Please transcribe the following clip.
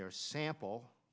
their sample